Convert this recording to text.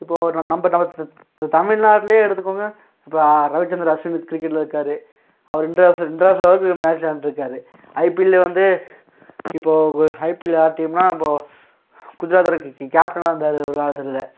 இப்போது ந நம்ம நம்ம தமில்நாட்டில் எடுத்துக்கோங்க இப்போ ரவிச்சந்தர் அஸ்வினு க்ரிக்கெட்டில் இருக்கார் அவரு இந்தியாஸ் இந்தியாஸ் ஐபிஎல் மேட்ச் விளாண்ட்ருக்காரு ஐபிஎல்லே வந்து இப்போது கொ ஐபிஎல்ல யார் டீம்னா இப்போது குஜராத்தோடய கி கி கேப்டனா இருந்தாரி ஒரு காலத்தில்